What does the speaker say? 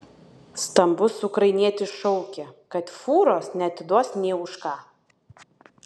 stambus ukrainietis šaukė kad fūros neatiduos nė už ką